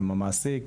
עם המעסיק.